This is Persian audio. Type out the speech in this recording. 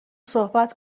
صحبت